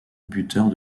buteurs